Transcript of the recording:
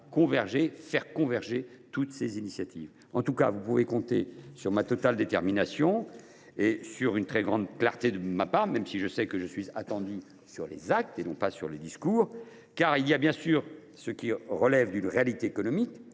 faudra faire converger toutes ces initiatives et vous pouvez compter sur ma totale détermination et sur une très grande clarté de ma part. Je sais que je suis attendu sur les actes plus que sur les discours. Il y a bien sûr ce qui relève d’une réalité économique